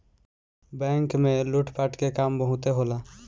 bank में लूट पाट के काम बहुते होला